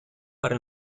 para